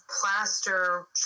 plaster